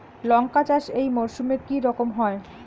লঙ্কা চাষ এই মরসুমে কি রকম হয়?